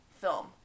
film